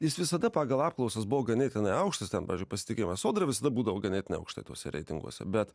jis visada pagal apklausas buvo ganėtinai aukštas ten pavyzdžiui pasitikėjimas sodra visada būdavo ganėtinai aukštai tuose reitinguose bet